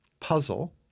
puzzle